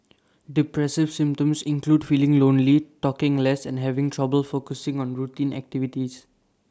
depressive symptoms include feeling lonely talking less and having trouble focusing on routine activities